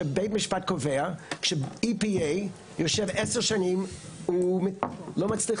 שבית משפט קובע ש- EPA יושב עשר שנים ולא מצליח